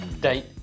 Date